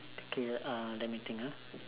okay uh let me think ah